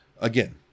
again